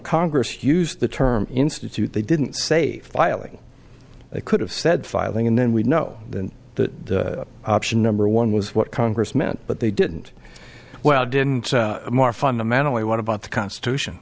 congress used the term institute they didn't say filing they could have said filing and then we know that option number one was what congress meant but they didn't well didn't more fundamentally what about the constitution